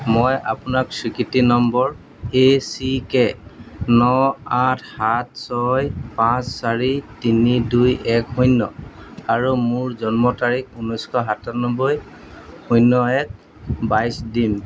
মই আপোনাক স্বীকৃতি নম্বৰ এ চি কে ন আঠ সাত ছয় পাঁচ চাৰি তিনি দুই এক শূন্য আৰু মোৰ জন্ম তাৰিখ ঊনৈছ শ সাতান্নব্বৈ শূন্য এক বাইছ দিন